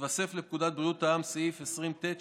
ומתווסף לפקודת בריאות העם סעיף 20(ט),